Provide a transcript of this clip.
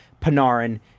Panarin